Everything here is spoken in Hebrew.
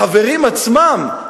החברים עצמם,